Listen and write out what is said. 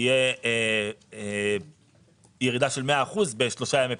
תהיה ירידה של 100% בשלושה ימי פעילות.